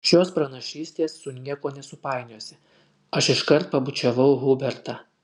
šios pranašystės su niekuo nesupainiosi aš iškart pabučiavau hubertą